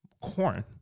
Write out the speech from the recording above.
corn